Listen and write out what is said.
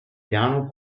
piano